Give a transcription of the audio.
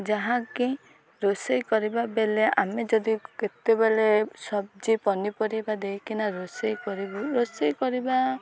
ଯାହାକି ରୋଷେଇ କରିବା ବେଳେ ଆମେ ଯଦି କେତେବେଳେ ସବ୍ଜି ପନିପରିବା ଦେଇକିନା ରୋଷେଇ କରିବୁ ରୋଷେଇ କରିବା